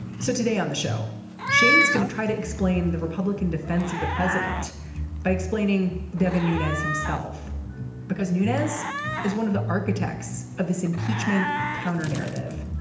so today on the show she's going to try to explain the republican defense of the president by explaining devon nunez himself because nunez is one of the architects of this impeachment counter narrative.